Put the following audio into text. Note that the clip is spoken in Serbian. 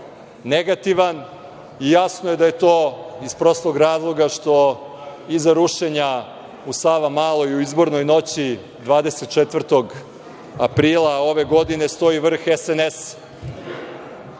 negativan. Jasno je da je to iz prostog razloga što iza rušenja u Savamaloj u izbornoj noći 24. aprila ove godine stoji vrh SNS-a,